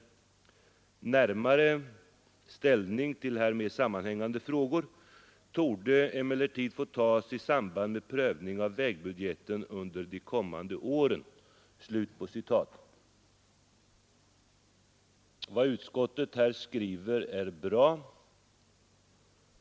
Närmare ställning till härmed sammanhängande frågor torde emellertid få tas i samband med prövningen av vägbudgeten under de kommande åren.” Vad utskottet här skriver är bra.